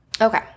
okay